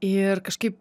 ir kažkaip